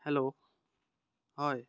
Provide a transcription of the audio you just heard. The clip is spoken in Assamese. হেল্ল' হয়